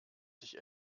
sich